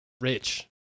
rich